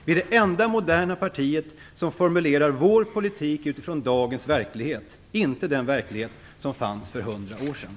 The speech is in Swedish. Vi är det enda moderna partiet som formulerar vår politik utifrån dagens verklighet, inte den verklighet som fanns för 100 år sedan.